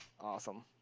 awesome